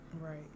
Right